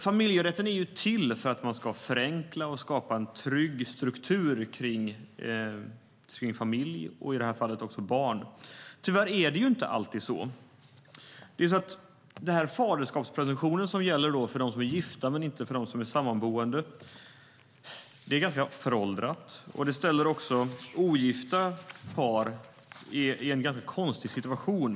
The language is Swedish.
Familjerätten är till för att man ska förenkla och skapa en trygg struktur kring familj och i det här fallet också barn. Tyvärr är det inte alltid så. Den faderskapspresumtion som gäller för dem som är gifta men inte för dem som är sammanboende är tämligen föråldrad och ställer ogifta par i en ganska konstig situation.